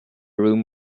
room